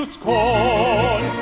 scorn